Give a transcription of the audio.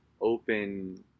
open